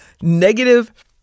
negative